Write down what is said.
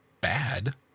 bad